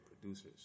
producers